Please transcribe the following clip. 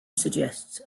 suggests